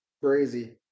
Crazy